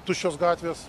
tuščios gatvės